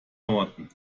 norden